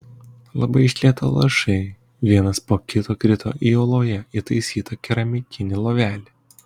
labai iš lėto lašai vienas po kito krito į uoloje įtaisytą keramikinį lovelį